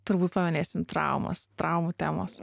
turbūt paminėsim traumos traumų temos